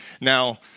Now